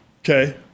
Okay